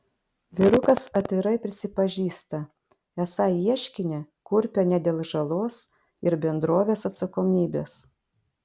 vyrukas atvirai prisipažįsta esą ieškinį kurpia ne dėl žalos ir bendrovės atsakomybės